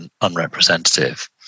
unrepresentative